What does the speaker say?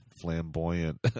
flamboyant